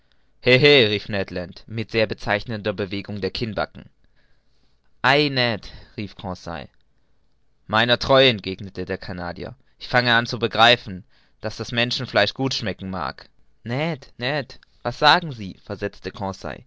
he he rief ned land mit sehr bezeichnender bewegung der kinnbacken ei ned rief conseil meiner treu entgegnete der canadier ich fange an zu begreifen daß das menschenfleisch gut schmecken mag ned ned was sagen sie versetzte